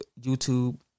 YouTube